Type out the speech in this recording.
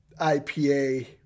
IPA